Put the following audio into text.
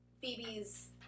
Phoebe's